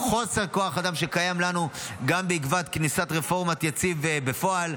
את חוסר כוח האדם שקיים לנו גם בעקבות כניסת "רפורמת יציב" לפועל,